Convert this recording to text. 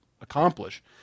accomplish